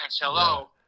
hello